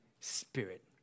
Spirit